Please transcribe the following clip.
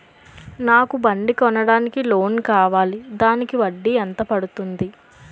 నాకు బండి కొనడానికి లోన్ కావాలిదానికి వడ్డీ ఎంత పడుతుంది?